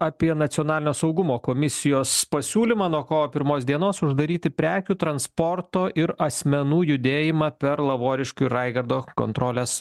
apie nacionalinio saugumo komisijos pasiūlymą nuo kovo pirmos dienos uždaryti prekių transporto ir asmenų judėjimą per lavoriškių raigardo kontrolės